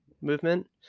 movement